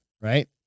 right